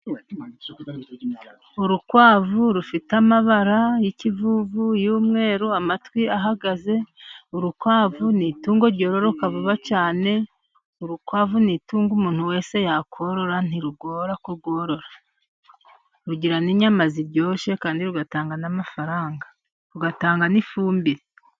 Urukwavu rufite amabara y' ikijuju y'umweru, amatwi ahagaze, urukwavu ni itungo ryororoka vuba cyane, urukwavu ni itunga umuntu wese yakorora, ntirugora kurworora. Rugira n'inyama ziryoshye, kandi rugatanga n'amafaranga, rugatanga n'ifumbire.